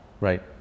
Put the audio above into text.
Right